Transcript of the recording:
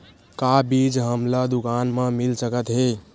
का बीज हमला दुकान म मिल सकत हे?